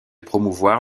promouvoir